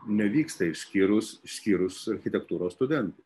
nevyksta išskyrus išskyrus architektūros studentus